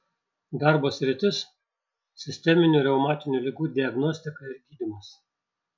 darbo sritis sisteminių reumatinių ligų diagnostika ir gydymas